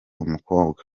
umukobwa